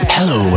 Hello